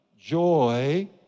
Joy